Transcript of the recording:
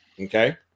Okay